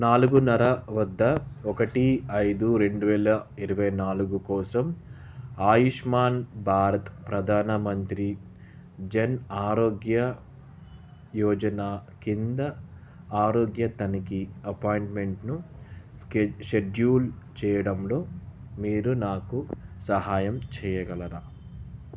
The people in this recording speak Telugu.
నాలుగున్నర వద్ద ఒకటి ఐదు రెండు వేల ఇరవై నాలుగు కోసం ఆయుష్మాన్ భారత్ ప్రధాన మంత్రి జన్ ఆరోగ్య యోజన కింద ఆరోగ్య తనిఖీ అపాయింట్మెంట్ను షెడ్యూల్ చేయడంలో మీరు నాకు సహాయం చేయగలరా